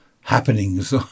happenings